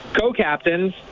co-captains